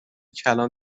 کلان